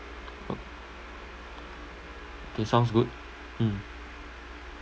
okay sounds good mm